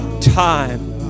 time